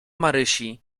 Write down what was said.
marysi